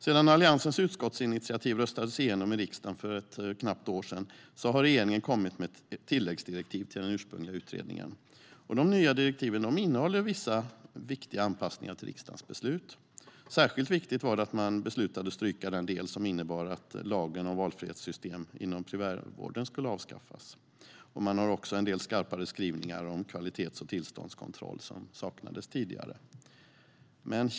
Sedan Alliansens utskottsinitiativ röstades igenom i riksdagen för ett knappt år sedan har regeringen kommit med tilläggsdirektiv till den ursprungliga utredningen. De nya direktiven innehåller vissa viktiga anpassningar till riksdagens beslut. Särskilt viktigt var det att man beslutade att stryka den del som innebar att lagen om valfrihetssystem inom primärvården skulle avskaffas. Man har också en del skarpare skrivningar om kvalitets och tillståndskontroll som saknades tidigare.